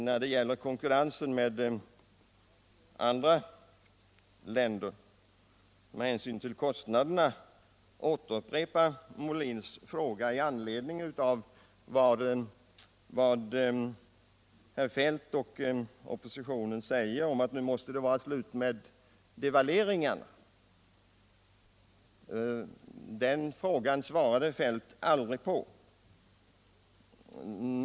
När det gäller konkurrensen med andra länder vad beträffar kostnaderna kan jag inte underlåta att komma tillbaka till Björn Molins fråga med anledning av herr Feldts och oppositionens uttalande om att det nu måste vara slut med devalveringarna. Den frågan svarade herr Feldt inte på.